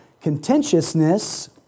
Contentiousness